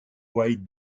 white